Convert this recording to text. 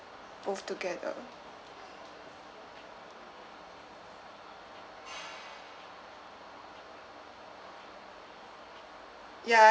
both together ya